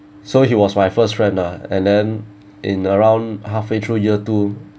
so he was my first friend lah and then in around halfway through year two